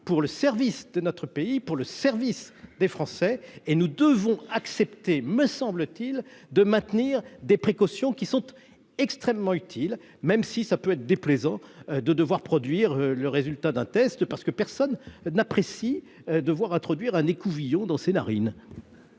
là au service de notre pays et au service des Français. Nous devons accepter, me semble-t-il, de maintenir des précautions qui sont extrêmement utiles, même s'il peut être déplaisant de devoir produire le résultat d'un test- personne n'apprécie de voir introduire un écouvillon dans ses narines